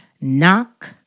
Knock